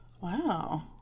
Wow